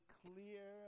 clear